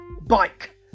bike